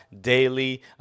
Daily